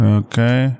okay